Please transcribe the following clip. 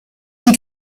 die